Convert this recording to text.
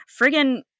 friggin